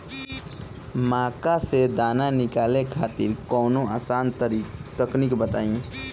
मक्का से दाना निकाले खातिर कवनो आसान तकनीक बताईं?